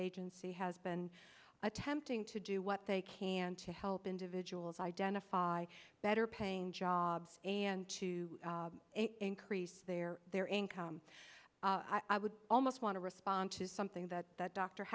agency has been attempting to do what they can to help individuals identify better paying jobs and to increase their their income i would almost want to respond to something that that dr